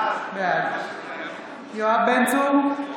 בעד יואב בן צור,